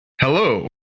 Hello